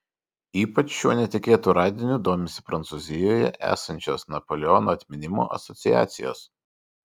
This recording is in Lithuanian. ypač šiuo netikėtu radiniu domisi prancūzijoje esančios napoleono atminimo asociacijos